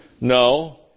No